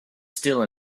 still